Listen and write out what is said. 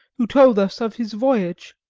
who told us of his voyage.